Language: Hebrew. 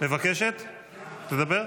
מבקשת לדבר?